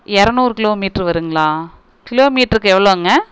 இரநூறு கிலோமீட்ரு வருங்களா கிலோமீட்ருக்கு எவ்வளோங்க